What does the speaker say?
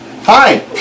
Hi